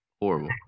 Horrible